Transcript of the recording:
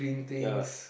ya